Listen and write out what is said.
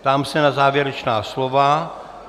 Ptám se na závěrečná slova.